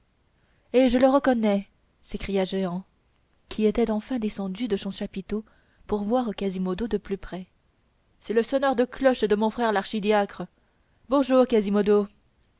hé je le reconnais s'écria jehan qui était enfin descendu de son chapiteau pour voir quasimodo de plus près c'est le sonneur de cloches de mon frère l'archidiacre bonjour